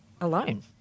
alone